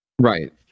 Right